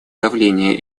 давление